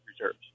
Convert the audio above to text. reserves